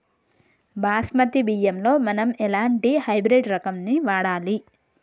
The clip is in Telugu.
బాస్మతి బియ్యంలో మనం ఎలాంటి హైబ్రిడ్ రకం ని వాడాలి?